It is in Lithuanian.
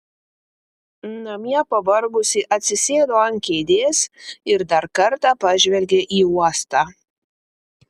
namie pavargusi atsisėdo ant kėdės ir dar kartą pažvelgė į uostą